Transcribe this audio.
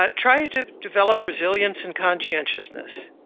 but try to develop resilience and conscientiousness,